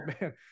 man